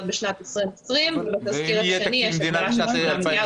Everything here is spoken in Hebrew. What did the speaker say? בשנת 2020 ובתזכיר השני יש --- של שמונה מיליארד